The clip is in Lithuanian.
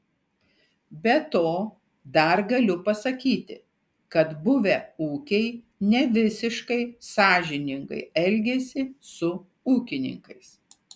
be to dar galiu pasakyti kad buvę ūkiai nevisiškai sąžiningai elgiasi su ūkininkais